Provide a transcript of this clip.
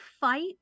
fight